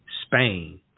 Spain